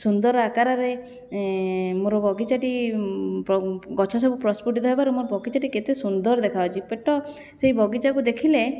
ସୁନ୍ଦର ଆକାରରେ ମୋର ବଗିଚାଟି ଗଛ ସବୁ ପ୍ରସ୍ଫୁଟିତ ହେବାରୁ ମୋ ବଗିଚାଟି କେତେ ସୁନ୍ଦର ଦେଖାଯାଉଛି ପେଟ ସେହି ବଗିଚାକୁ ଦେଖିଲେ